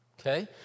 Okay